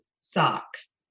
socks